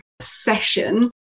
session